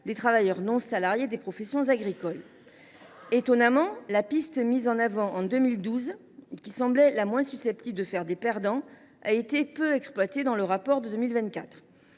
sénatoriale dans la présente proposition de loi. Étonnamment, la piste mise en avant en 2012, qui semblait la moins susceptible de faire des perdants, a été peu exploitée dans le rapport de 2024,